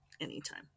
anytime